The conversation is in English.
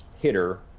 hitter